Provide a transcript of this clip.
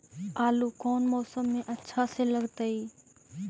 आलू कौन मौसम में अच्छा से लगतैई?